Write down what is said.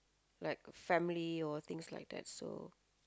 like family or things like that so